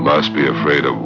must be afraid of